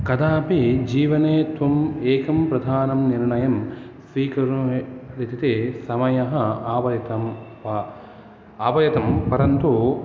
कदापि जीवने त्वम् एकं प्रधानं निर्णयं स्वीकरोतु इति समयः आवयितं वा आवयितं परन्तु